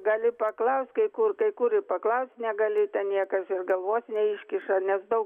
gali paklaust kai kur kai kur ir paklaust negali ten niekas ir galvos neiškiša nes daug